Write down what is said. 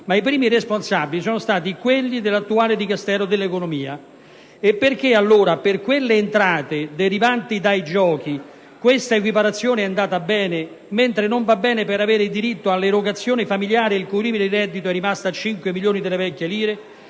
i primi responsabili sono stati, invece, quelli dell'attuale Dicastero dell'economia. Perché, allora, per le entrate derivanti dai giochi questa equiparazione è andata bene, mentre non va bene per l'acquisizione del diritto all'erogazione degli assegni familiari, il cui limite di reddito è rimasto a 5 milioni delle vecchie lire,